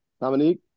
Dominique